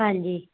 ਹਾਂਜੀ